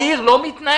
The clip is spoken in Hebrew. העיר לא מתנהלת.